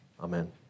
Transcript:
Amen